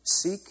seek